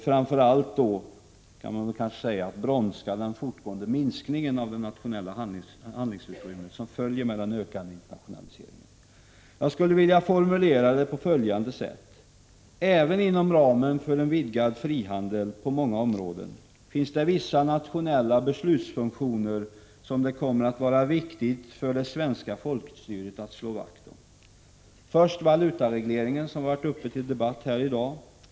Framför allt, kan man kanske säga, bromsar vi den fortgående minskning av det nationella handlingsutrymmet som följer med en ökad internationalisering. Jag skulle vilja formulera det på följande sätt. Även inom ramen för en vidgad frihandel på många områden finns det vissa nationella beslutsfunktioner som det kommer att vara viktigt för det svenska folkstyret att slå vakt om. För det första gäller det valutaregleringen, som varit uppe till debatt här i dag.